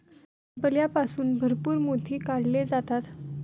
शिंपल्यापासून भरपूर मोती काढले जातात